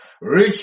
Rich